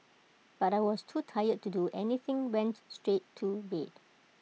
but I was too tired to do anything went straight to bed